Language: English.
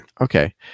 Okay